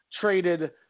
traded